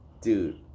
Dude